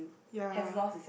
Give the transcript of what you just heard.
ya